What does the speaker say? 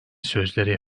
sözleri